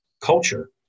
culture